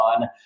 on